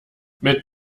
mit